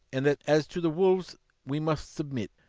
and that as to the wolves we must submit,